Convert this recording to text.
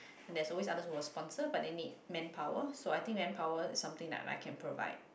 and there's always others who will sponsor but they need manpower so I think manpower is something that I can provide